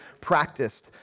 practiced